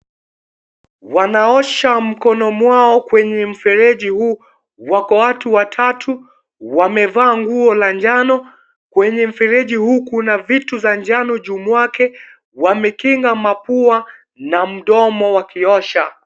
Wanaosha mkono mwao kwenye mfereji huu. Wako watu watatu. wamevaa nguo la njano. Kwenye mfereji huu kuna vitu za njano juu mwake. Wamekinga mapua na mdomo wakiosha.